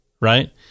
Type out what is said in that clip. right